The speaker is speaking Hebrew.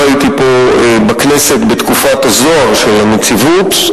לא הייתי פה בכנסת בתקופת הזוהר של הנציבות,